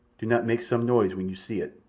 do not make some noise when you see it.